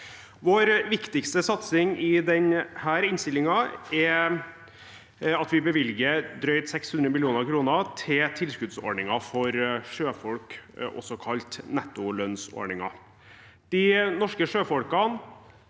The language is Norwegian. Vår viktigste satsing i denne innstillingen er at vi bevilger drøyt 600 mill. kr til tilskuddsordningen for sjøfolk, også kalt nettolønnsordningen. De norske sjøfolkene,